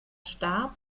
starb